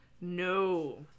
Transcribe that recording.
No